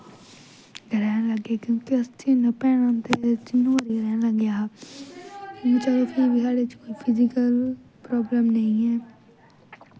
ग्रैह्न लग्गै क्योंकि अस इन्नियां भैनां ते जिन्नी बारी ग्रैह्न लग्गेआ हा चलो फ्ही बी साढ़े च कोई फिज़िकल प्राब्लम नेईं ऐ